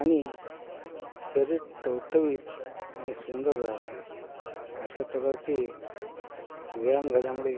आणि शरीर टवटवीत आणि सुंदर राहते अशा प्रकारचे व्यायाम झाल्यामुळे